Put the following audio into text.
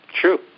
True